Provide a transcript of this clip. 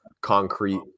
concrete